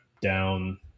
down –